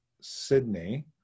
Sydney